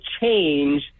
change